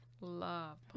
love